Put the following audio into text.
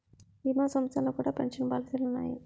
భీమా సంస్థల్లో కూడా పెన్షన్ పాలసీలు ఉన్నాయి